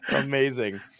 amazing